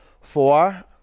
Four